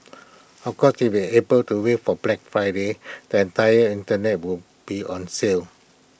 of course able to wait for Black Friday the entire Internet will be on sale